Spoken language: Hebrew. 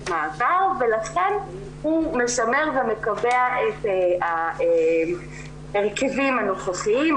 מעבר ולכן הוא משמר ומקבע את ההרכבים הנוכחיים,